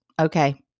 Okay